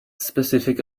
specific